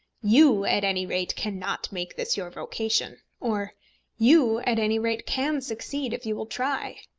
you, at any rate, cannot make this your vocation or you, at any rate, can succeed, if you will try.